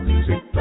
Music